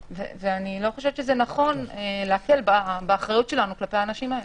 אני לא חושבת שזה נכון להקל באחריות שלנו כלפי האנשים האלה.